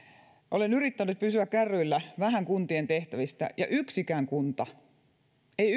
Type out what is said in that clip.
olen yrittänyt pysyä kärryillä vähän kuntien tehtävistä ja yksikään kunta ei